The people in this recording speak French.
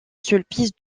sulpice